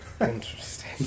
Interesting